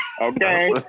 Okay